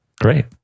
Great